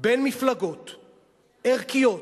בין מפלגות ערכיות,